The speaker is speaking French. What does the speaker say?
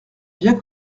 bien